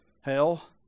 hell